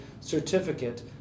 certificate